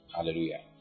Hallelujah